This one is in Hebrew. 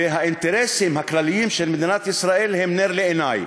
והאינטרסים הכלליים של מדינת ישראל הם נר לעיני.